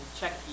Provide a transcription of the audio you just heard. check